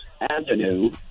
Avenue